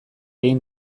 egin